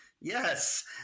Yes